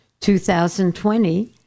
2020